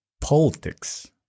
politics